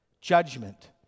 judgment